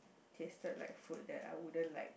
tasted like food that I wouldn't like